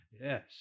Yes